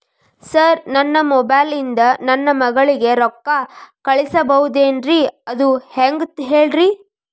sir ನನ್ನ mobile ಇಂದ ನನ್ನ ಮಗಳಿಗೆ ರೊಕ್ಕಾ ಕಳಿಸಬಹುದೇನ್ರಿ ಅದು ಹೆಂಗ್ ಹೇಳ್ರಿ